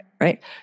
Right